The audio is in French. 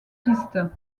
pistes